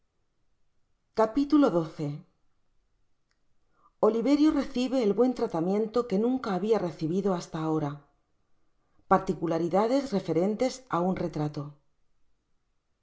oliveitlo üeobe el buen tratamiento quk nunfia habia recibido hasta ahora particulahidades referentes á un retrato y